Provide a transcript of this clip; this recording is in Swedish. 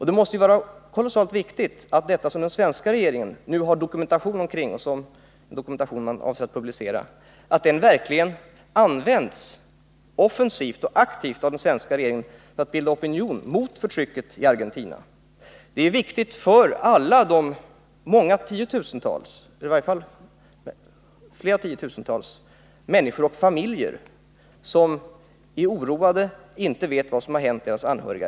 Det är kolossalt viktigt att denna dokumentation, som man avser att publicera, verkligen används offensivt och aktivt av den svenska regeringen för att bilda opinion mot förtrycket i Argentina. Det är viktigt för alla de tiotusentals familjer som är oroade och som inte vet vad som har hänt deras anhöriga.